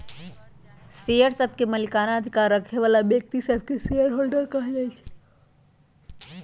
share सभके मलिकना अधिकार रखे बला व्यक्तिय सभके शेयर होल्डर कहल जाइ छइ